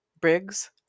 Briggs